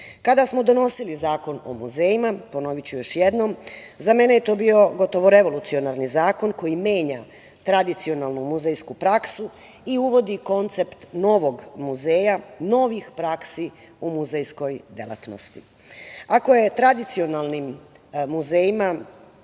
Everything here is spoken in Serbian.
smo donosili Zakon o muzejima, ponoviću još jednom, za mene je to bio gotovo revolucionarni zakon koji menja tradicionalnu muzejsku praksu i uvodi koncept novog muzeja, novih praksi u muzejskoj delatnosti. Ako je tradicionalnim muzejima